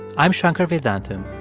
i'm shankar vedantam,